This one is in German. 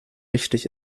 richtig